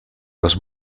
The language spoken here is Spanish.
los